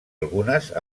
algunes